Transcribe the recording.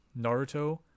naruto